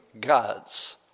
gods